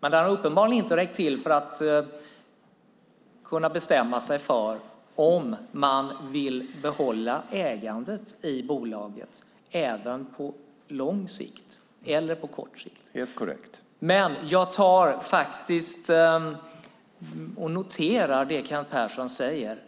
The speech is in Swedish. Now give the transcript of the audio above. Men den har uppenbarligen inte räckt till för att man ska kunna bestämma sig för om man vill behålla ägandet i bolaget på lång eller på kort sikt. : Helt korrekt.) Men jag noterar faktiskt det som Kent Persson säger.